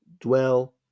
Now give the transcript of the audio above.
dwell